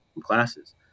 classes